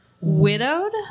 Widowed